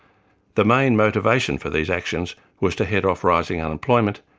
the main motivation for these actions was to head off rising unemployment,